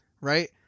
right